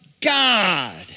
God